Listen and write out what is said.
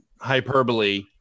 hyperbole